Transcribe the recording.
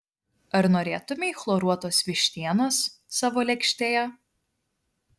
ar norėtumei chloruotos vištienos savo lėkštėje